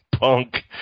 punk